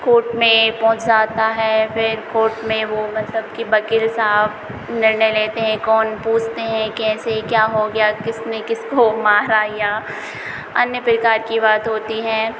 court में पहुँच जाता है फिर कोर्ट में वह मतलब कि वक़ील साहब निर्णय लेते हैं कौन पूछते हैं कैसे क्या हो गया किसने किसको मारा या अन्य प्रकार की बात होती हैं